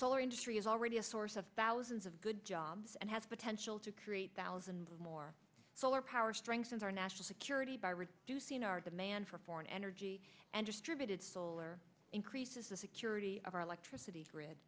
solar industry is already a source of thousands of good jobs and has potential to create thousands of more solar power strengthens our national security by reducing our demand for foreign energy and distributed solar increases the security